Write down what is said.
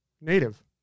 Native